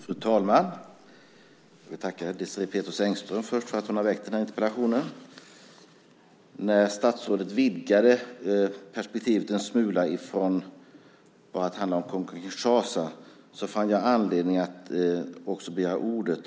Fru talman! Jag tackar Désirée Pethrus Engström för att hon har ställt den här interpellationen. När statsrådet vidgade perspektivet en smula från att bara handla om Kongo-Kinshasa fann jag anledning att också begära ordet.